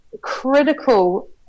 critical